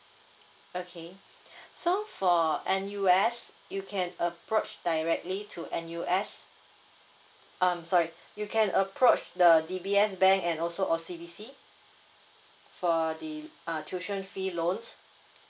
okay so for N_U_S you can approach directly to N_U_S um sorry you can approach the D_B_S bank and also O_C_B_C for the uh tuition fee loans